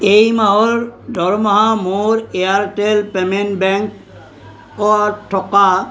এই মাহৰ দৰমহা মোৰ এয়াৰটেল পে'মেণ্ট বেংকত থকা